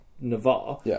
Navarre